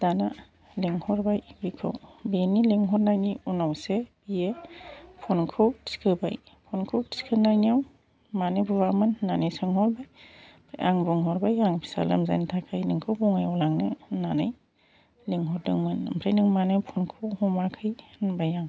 दाना लिंहरबाय बिखौ बिनि लिंहरनायनि उनावसो बियो फ'नखौ थिखोबाय फ'नखौ थिखोनायाव मानो बुवामोन होननानै सोंहरबाय आं बुंहरबाय आं फिसा लोमजानायनि थाखाय नोंखौ बङायआव लांनो होननानै लिंहरदोंमोन ओमफ्राय नों मानो फ'नखौ हमाखै होनबाय आं